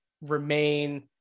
remain